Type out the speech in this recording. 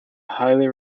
highly